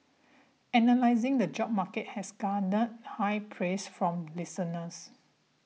analysing the job market has garnered high praise from listeners